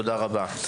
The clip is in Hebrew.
תודה רבה.